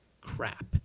crap